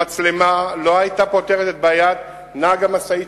המצלמה לא היתה פותרת את בעיית נהג המשאית